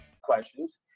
questions